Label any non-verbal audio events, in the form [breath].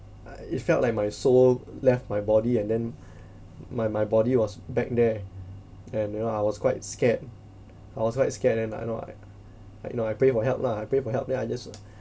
uh it felt like my soul left my body and then [breath] my my body was back there and you know I was quite scared I was quite scared then I know I like you know I pray for help lah I pray for help then I just